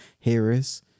Harris